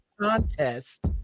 contest